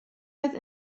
oedd